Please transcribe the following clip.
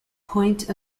point